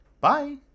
Bye